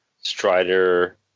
strider